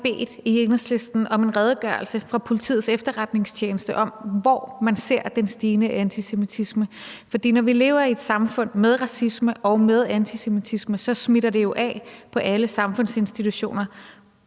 vi i Enhedslisten har bedt om en redegørelse fra Politiets Efterretningstjeneste om, hvor man ser den stigende antisemitisme. For når vi lever i et samfund med racisme og med antisemitisme, smitter det jo af på alle samfundsinstitutioner,